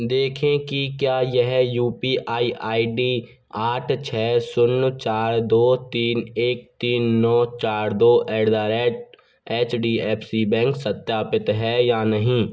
देखें कि क्या यह U P I I D आठ छ शून्य चार दो तीन एक तीन नौ चार दो at the rate H D F C bank सत्यापित है या नहीं